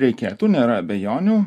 reikėtų nėra abejonių